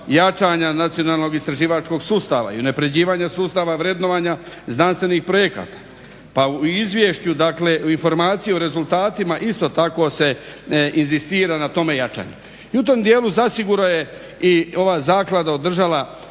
jačanja nacionalnog istraživačkog sustava i unapređivanje sustava vrednovanja znanstvenih projekata. Pa u izvješću dakle informacije o rezultatima isto tako se inzistira na tome jačanju. I u tom dijelu zasigurno je i ova zaklada odigrala